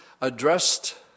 addressed